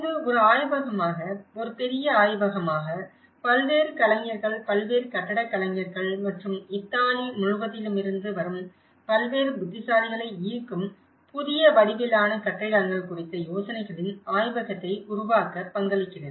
இது ஒரு ஆய்வகமாக ஒரு பெரிய ஆய்வகமாக பல்வேறு கலைஞர்கள் பல்வேறு கட்டடக் கலைஞர்கள் மற்றும் இத்தாலி முழுவதிலுமிருந்து வரும் பல்வேறு புத்திசாலிகளை ஈர்க்கும் புதிய வடிவிலான கட்டிடங்கள் குறித்த யோசனைகளின் ஆய்வகத்தை உருவாக்க பங்களிக்கிறது